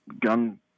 gun